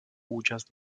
účast